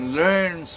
learn